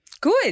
Good